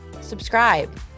subscribe